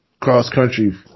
cross-country